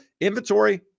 inventory